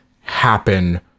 happen